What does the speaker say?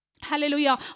Hallelujah